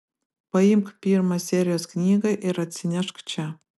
paimk pirmą serijos knygą ir atsinešk čia